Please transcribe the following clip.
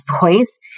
voice